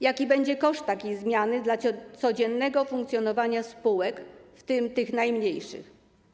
Jaki będzie koszt takiej zmiany dla codziennego funkcjonowania spółek, w tym tych najmniejszych?